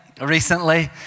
recently